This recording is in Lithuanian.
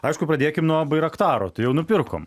aišku pradėkim nuo bairaktaro tai jau nupirkom